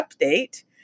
update